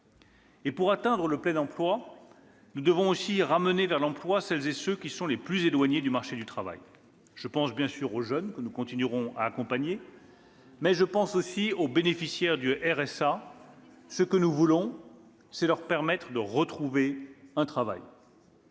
« Pour atteindre le plein emploi, nous devons aussi ramener vers l'emploi celles et ceux qui sont les plus éloignés du marché du travail. « Je pense bien sûr aux jeunes que nous continuerons à accompagner, mais aussi aux bénéficiaires du RSA. Ce que nous voulons, c'est leur permettre de retrouver un travail.